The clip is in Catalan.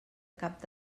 cap